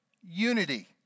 unity